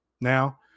now